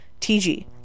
tg